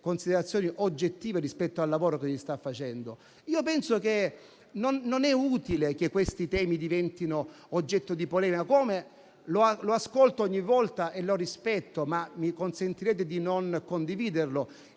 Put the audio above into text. considerazioni oggettive rispetto al lavoro che si sta facendo. Penso che non sia utile che questi temi diventino oggetto di polemica. Ascolto ogni volta - e lo rispetto, ma mi consentirete di non condividerlo